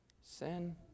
sin